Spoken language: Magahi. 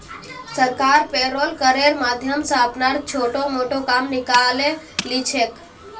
सरकार पेरोल करेर माध्यम स अपनार छोटो मोटो काम निकाले ली छेक